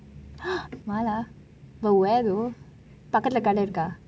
err mala but where though I dunno